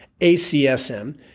ACSM